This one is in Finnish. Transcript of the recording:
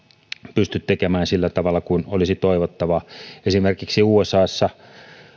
pysty tekemään sillä tavalla kuin olisi toivottavaa esimerkiksi usassa